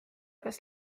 kas